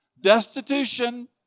destitution